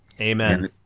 Amen